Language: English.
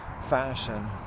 fashion